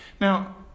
now